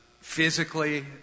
physically